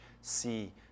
see